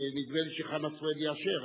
נדמה לי שחנא סוייד יאשר,